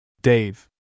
Dave